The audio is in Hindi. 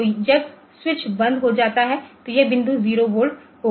तो जब स्विच बंद हो जाता है तो यह बिंदु 0 वोल्टेज होगा